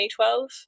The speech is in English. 2012